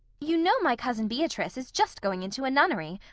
you know, my cousin beatrice is just going into a nunnery,